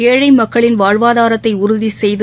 ஏழைமக்களின் வாழ்வாதாரத்தைஉறுதிசெய்து